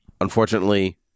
unfortunately